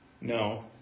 No